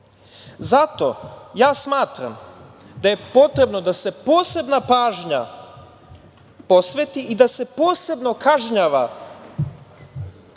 Zato, ja smatram da je potrebno da se posebna pažnja posveti i da se posebno kažnjava to